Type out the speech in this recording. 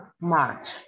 March